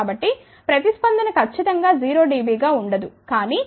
కాబట్టి ప్రతిస్పందన ఖచ్చితం గా 0 dB గా ఉండ దు కానీ ఇది 0